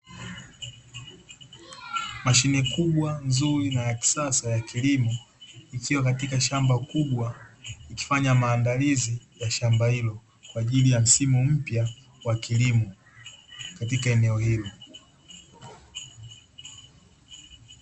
Mashine kubwa nzuri na ya kisasa ya kilimo, ikiwa katika shamba kubwa ikifanya maandalizi ya shamba hilo, kwa ajili ya msimu mpya wa kilimo katika eneo hilo.